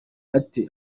ate